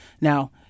Now